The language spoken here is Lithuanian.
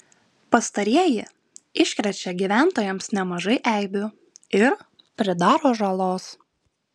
pastarieji iškrečia gyventojams nemažai eibių ir pridaro žalos